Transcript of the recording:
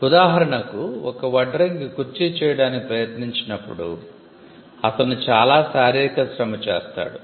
ఉదాహరణకు ఒక వడ్రంగి కుర్చీ చేయడానికి ప్రయత్నించినప్పుడు అతను చాలా శారీరక శ్రమ చేస్తాడు